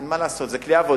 אין מה לעשות, זה כלי עבודה.